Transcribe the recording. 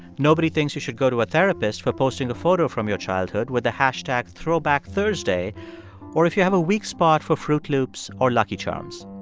nobody thinks you should go to a therapist for posting a photo from your childhood with the hashtag throwbackthursday or if you have a weak spot for fruit loops or lucky charms.